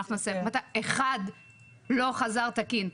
אחד לא חזר תקין.